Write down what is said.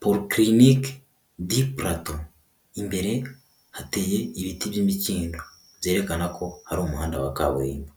Polyclinique du plateau, imbere hateye ibiti by'imikindo byerekana ko hari umuhanda wa kaburimbo.